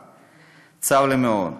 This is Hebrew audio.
צר לי מאוד.